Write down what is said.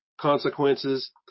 consequences